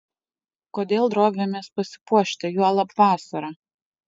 kodėl drovimės pasipuošti juolab vasarą